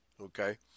Okay